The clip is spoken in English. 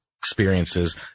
experiences